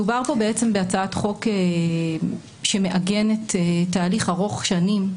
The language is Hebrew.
מדובר פה בהצעת חוק שמעגנת תהליך ארוך שנים,